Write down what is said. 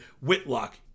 Whitlock